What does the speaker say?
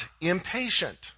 impatient